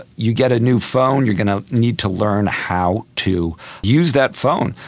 you get a new phone, you are going to need to learn how to use that phone.